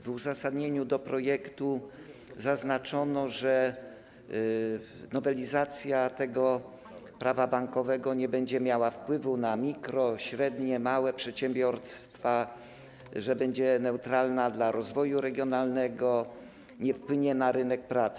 W uzasadnieniu projektu zaznaczono, że nowelizacja Prawa bankowego nie będzie miała wpływu na mikro-, średnie i małe przedsiębiorstwa, że będzie neutralna dla rozwoju regionalnego, nie wpłynie na rynek pracy.